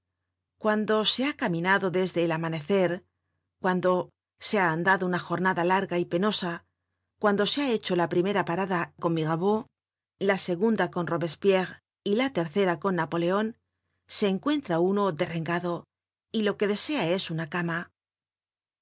cuando se ha caminado desde el amanecer cuando se ha andado una jornada larga y penosa cuando se ha hecho la primera parada con mirabeau la segunda con robespierre y la tercera con napoleon se encuentra uno derrengado y lo que desea es una cama